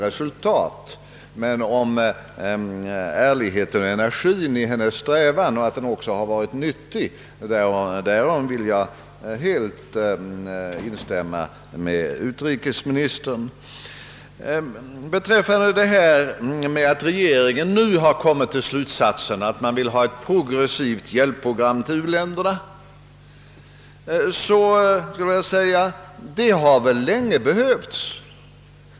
Men då det gäller ärligheten och energien i hennes strävan för familjepolitik i u-länderna, och att denna också har varit till nytta, instämmer jag med utrikesministern. Regeringen har nu kommit till den slutsatsen att man vill ha ett progressivt hjälpprogram för u-länderna. Ja, ett sådant program har behövts länge.